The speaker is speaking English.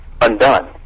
undone